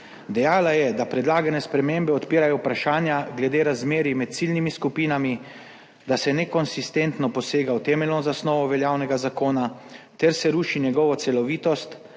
Dejala je, da predlagane spremembe odpirajo vprašanja glede razmerij med ciljnimi skupinami, da se nekonsistentno posega v temeljno zasnovo veljavnega zakona ter ruši njegovo celovitost,